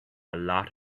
lot